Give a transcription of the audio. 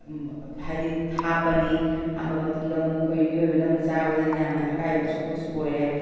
ꯍꯥꯏꯕꯗꯤ ꯍꯥꯞꯄꯅꯤ ꯍꯥꯞꯄ ꯃꯇꯨꯡꯗ ꯑꯃꯨꯛ ꯑꯩꯈꯣꯏ ꯃꯤꯑꯣꯏꯕꯅ ꯑꯃꯨꯛ ꯆꯥꯕꯗꯗꯤ ꯌꯥꯝꯅ ꯑꯀꯥꯏꯕ ꯑꯁꯣꯛꯄꯁꯨ ꯑꯣꯏꯔꯦ